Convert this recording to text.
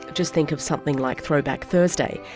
just think of something like throwback thursday.